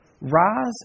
Rise